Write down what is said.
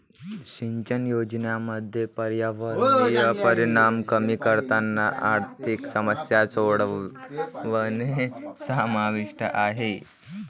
सिंचन योजनांमध्ये पर्यावरणीय परिणाम कमी करताना आर्थिक समस्या सोडवणे समाविष्ट आहे